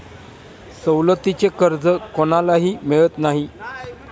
सवलतीचे कर्ज कोणालाही मिळत नाही